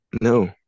No